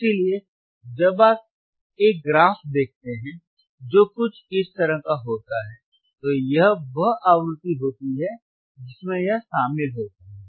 इसलिए जब आप एक ग्राफ देखते हैं जो कुछ इस तरह का होता है तो यह वह आवृत्ति होती है जिसमें यह शामिल होता है